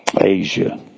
Asia